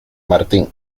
martín